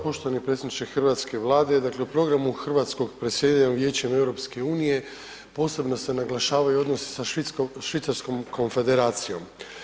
Poštovani predsjedniče Hrvatske vlade, dakle u programu hrvatskog predsjedanja Vijećem EU posebno se naglašavaju odnosi sa Švicarskom Konfederacijom.